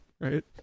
right